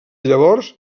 llavors